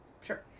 Sure